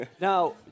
Now